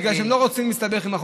בגלל שהן לא רצו להסתבך עם החוק.